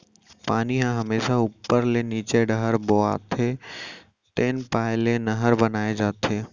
पानी ह हमेसा उप्पर ले नीचे डहर बोहाथे तेन पाय ले नहर बनाए जाथे